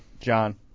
John